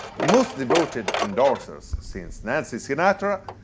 the most devoted endorsers since nancy sinatra,